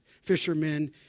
fishermen